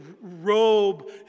robe